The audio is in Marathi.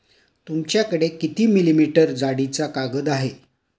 तुमच्याकडे किती मिलीमीटर जाडीचा कागद आहे?